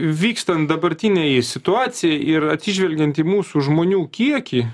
vykstant dabartinei situacijai ir atsižvelgiant į mūsų žmonių kiekį